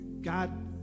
God